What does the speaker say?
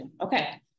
Okay